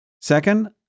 Second